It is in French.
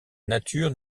nature